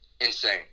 insane